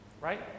Right